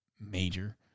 major